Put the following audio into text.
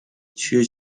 چیه